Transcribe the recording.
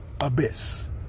abyss